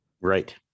Right